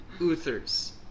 Uther's